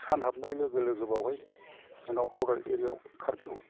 सान हाबनाय लोगो लोगो बावहाय जोंनाव बरदार एरियायाव कारफिउ